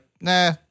nah